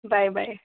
bye bye